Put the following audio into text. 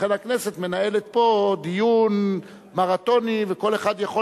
לכן הכנסת מנהלת פה דיון מרתוני וכל אחד יכול,